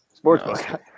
Sportsbook